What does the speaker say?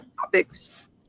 topics